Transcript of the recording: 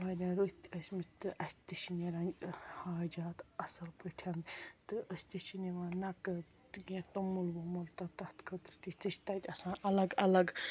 واریاہ رٕتۍ ٲسمٕتۍ تہٕ اسہِ تہِ چھِ نیران حاجات اَصٕل پٲٹھۍ تہٕ أسۍ تہِ چھِ نِوان نَقٕد تہٕ کیٚنٛہہ توٚمُل ووٚمُل تَتھ خٲطرٕ تہِ چھِ تَتہِ آسان اَلگ اَلگ